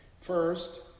First